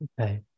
okay